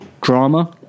drama